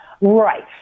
Right